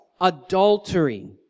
adultery